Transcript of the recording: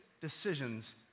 decisions